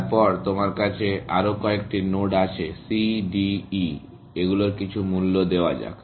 তারপর তোমার কাছে আরও কয়েকটি নোড আছে C D E এগুলোর কিছু মূল্য দেওয়া যাক